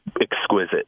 exquisite